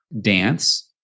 dance